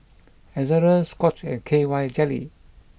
Ezerra Scott's and K Y Jelly